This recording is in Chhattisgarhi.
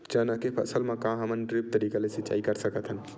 चना के फसल म का हमन ड्रिप तरीका ले सिचाई कर सकत हन?